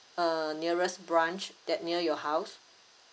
err nearest branch that near your house